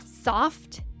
soft